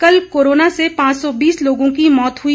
कल कोरोना से पांच सौ बीस लोगों की मौत हुई